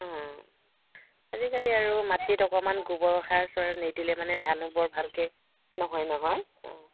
অঁ অঁ আজিকালি আৰু মাটিত অকণমান গোবৰৰ সাৰ চাৰ নিদিলে মানে ধানো বৰ ভালকৈ নহয় নহয় অঁ